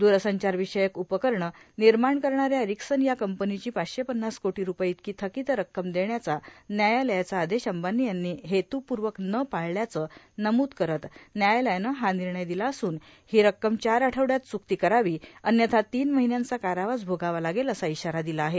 दरसंचार विषयक उपकरणं निर्माण करणाऱ्या एरिक्सन या कंपनीची पाचशे पन्नास कोटी रुपये इतकी थकित रक्कम देण्याचा न्यायालयाचा आदेश अंबानी यांनी हेतूपूर्वक न पाळल्याचं नमूद करत न्यायालयानं हा निर्णय दिला असून ही रक्कम चार आठवड्यात चुकती करावी अन्यथा तीन महिन्यांचा कारावास भोगावा लागेल असा इशारा दिला आहे